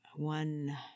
one